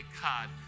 God